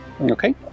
okay